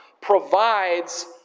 provides